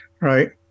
Right